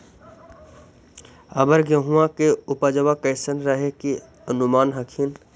अबर गेहुमा के उपजबा कैसन रहे के अनुमान हखिन?